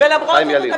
ולמרות זאת,